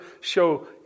show